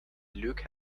luke